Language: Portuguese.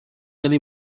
ele